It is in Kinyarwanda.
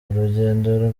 urugendo